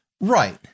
right